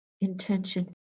intention